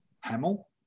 Hamill